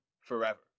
forever